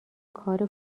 کار